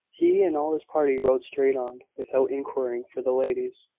he and all his party rode straight on, without inquiring for the ladies.